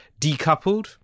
decoupled